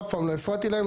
אף פעם לא הפרעתי להם,